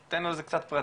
תן על זה קצת פרטים,